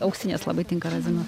auksinės labai tinka razinos